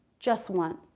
just one,